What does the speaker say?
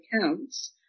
accounts